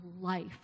life